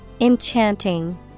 Enchanting